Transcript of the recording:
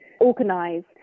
organise